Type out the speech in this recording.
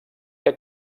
que